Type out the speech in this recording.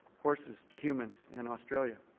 horses to humans in australia.